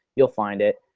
you'll find it.